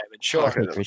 Sure